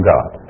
God